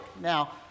Now